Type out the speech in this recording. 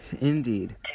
Indeed